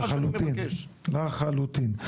לחלוטין.